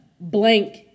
blank